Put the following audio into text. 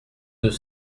deux